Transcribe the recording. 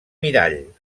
mirall